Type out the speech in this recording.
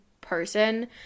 person